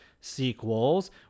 sequels